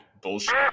bullshit